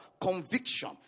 conviction